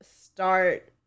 start